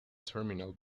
terminal